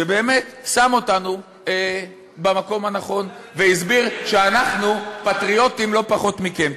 שבאמת שם אותנו במקום הנכון והסביר שאנחנו פטריוטים לא פחות מכם.